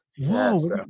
Whoa